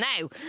now